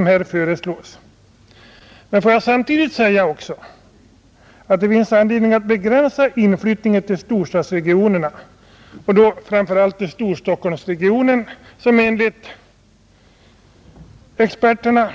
Men låt mig samtidigt säga att det finns anledning att begränsa inflyttningen till storstadsregionerna, och då framför allt till Storstockholmsregionen, som enligt experterna